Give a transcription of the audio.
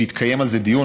היא שיתקיים על זה דיון.